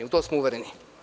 U to smo uvereni.